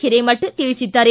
ಹಿರೇಮಠ ತಿಳಿಸಿದ್ದಾರೆ